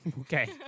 Okay